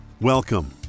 Welcome